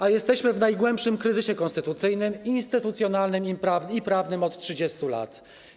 A jesteśmy w najgłębszym kryzysie konstytucyjnym, instytucjonalnym i prawnym od 30 lat.